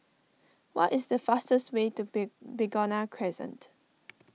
what is the fastest way to Big Begonia Crescent